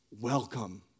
welcome